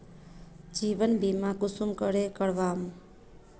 जीवन बीमा कुंसम करे करवाम?